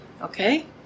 Okay